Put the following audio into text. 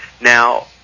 now